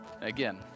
Again